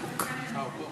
והגנת הסביבה